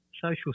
social